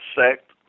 sect